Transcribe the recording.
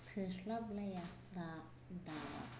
थोस्लाबलाया दा दानाया